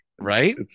Right